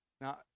Now